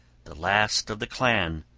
the last of the clan,